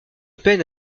peine